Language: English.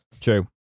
True